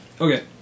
Okay